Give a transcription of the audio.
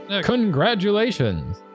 Congratulations